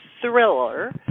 thriller